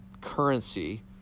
currency